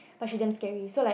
but she damn scary so like